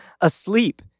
asleep